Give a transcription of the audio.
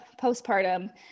postpartum